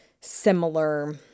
similar